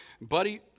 buddy